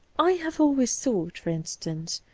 i have always thought, for instance,